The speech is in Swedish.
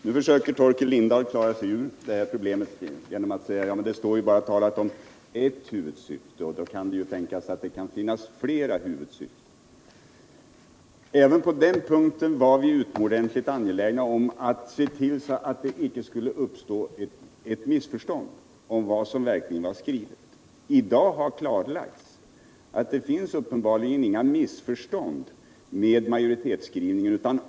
Nu försöker Torkel Lindahl klara sig ur denna knipa genom att säga att det i betänkandet talas om att inkomstmålet är ert huvudsyfte, vilket skulle innebära att det kan finnas flera huvudsyften. Även på den punkten var vi utomordentligt angelägna att se till att det inte skulle uppstå något missförstånd om vad som verkligen var skrivet. I dag har det klarlagts att det uppenbarligen inte ligger några missförstånd bakom majoritetsskrivningen.